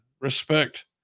respect